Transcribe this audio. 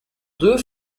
d’eux